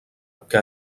que